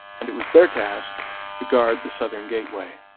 and it was their task to guard the southern gateway.